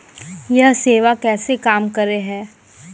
यह सेवा कैसे काम करै है?